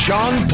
John